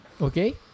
Okay